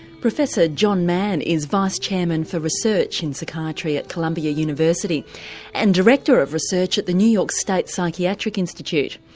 professor john mann is vice-chairman for research in psychiatry at columbia university and director of research at the new york state psychiatric institute.